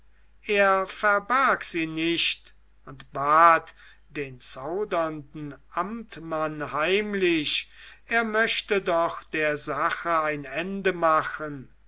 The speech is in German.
er verbarg sie nicht und bat den zaudernden amtmann heimlich er möchte doch der sache ein ende machen